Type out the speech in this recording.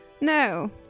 No